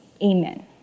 Amen